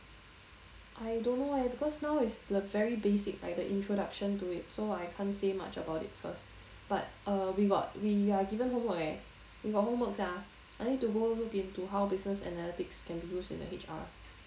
I don't know eh because now is the very basic like the introduction to it so I can't say much about it first but uh we got we are given homework leh we got homework sia I think tomorrow look into how business analytics can be used in a H_R